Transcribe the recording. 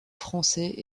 français